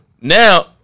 Now